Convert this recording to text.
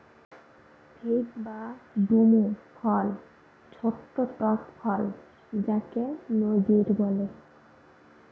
fig বা ডুমুর ফল ছোট্ট টক ফল যাকে নজির বলে